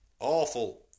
awful